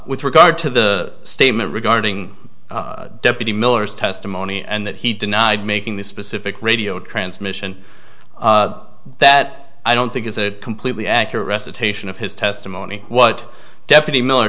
with regard to the statement regarding deputy miller's testimony and that he denied making the specific radio transmission that i don't think is a completely accurate recitation of his testimony what deputy miller